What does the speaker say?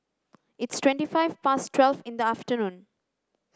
its twenty five past twelve in the afternoon